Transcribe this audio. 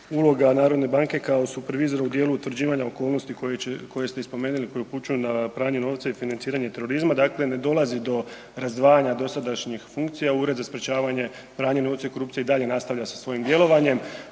uloga narodne banke kao supervizor u dijelu utvrđivanja okolnosti koje će, koje ste i spomenuli koje upućuju na pranje novca i financiranja terorizma, dakle ne dolazi do razdvajanja dosadašnjih funkcija. Ured za sprječavanje pranja novca i korupcije i dalje nastavlja sa svojim djelovanjem